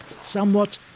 somewhat